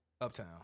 Uptown